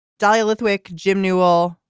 dahlia lithwick jim newell.